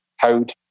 code